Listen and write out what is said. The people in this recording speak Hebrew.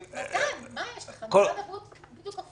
מתן, מה יש לך, משרד הבריאות מציע בדיוק להיפך.